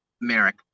Merrick